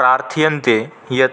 प्रार्थ्यन्ते यत्